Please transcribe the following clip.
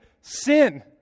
sin